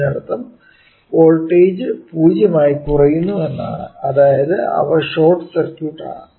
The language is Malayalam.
അതിനർത്ഥം വോൾട്ടേജ് 0 ആയി കുറയുന്നു എന്നാണ് അതായത് അവ ഷോർട്ട് സർക്യൂട്ട് ആണ്